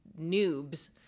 noobs